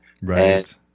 Right